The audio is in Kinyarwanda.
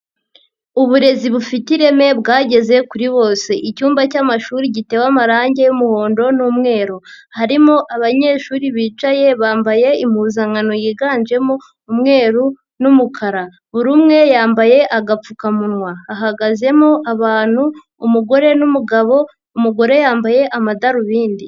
Uburezi bufite ireme bwageze kuri bose, icyumba cy'amashuri gitewe amarange y'umuhondo n'umweru, harimo abanyeshuri bicaye bambaye impuzankano yiganjemo umweru n'umukara, buri umwe yambaye agapfukamunwa, hahagazemo abantu umugore n'umugabo, umugore yambaye amadarubindi.